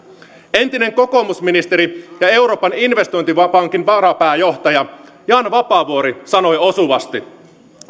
entinen kokoomusministeri ja euroopan investointipankin varapääjohtaja jan vapaavuori sanoi osuvasti